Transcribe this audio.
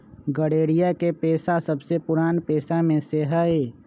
गरेड़िया के पेशा सबसे पुरान पेशा में से हई